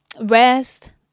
rest